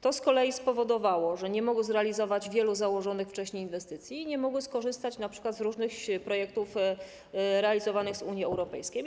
To z kolei spowodowało, że nie mogły zrealizować wielu założonych wcześniej inwestycji i nie mogły skorzystać np. z różnych projektów realizowanych z Unii Europejskiej.